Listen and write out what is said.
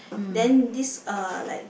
then this uh like